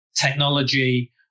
technology